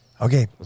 Okay